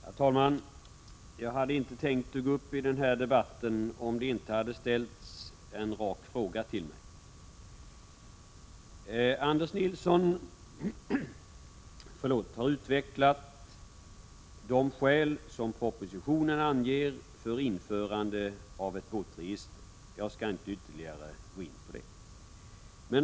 Herr talman! Jag skulle inte ha gått upp i den här debatten, om det inte hade ställts en rak fråga till mig. Anders Nilsson har utvecklat de skäl som propositionen anger för införande av ett båtregister, och jag skall inte ytterligare gå in på detta.